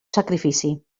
sacrifici